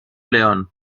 león